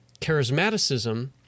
charismaticism